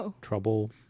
trouble